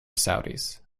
saudis